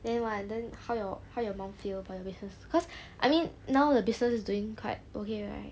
then what then how your how your mom feel about your business cause I mean now the business is doing quite okay right